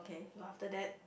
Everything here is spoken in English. so after that